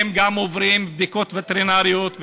הם גם עוברים בדיקות וטרינריות,